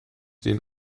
den